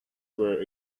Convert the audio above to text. were